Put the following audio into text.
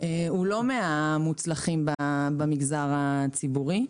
הוא לא מהמוצלחים במגזר הציבורי,